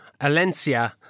Alencia